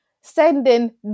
sending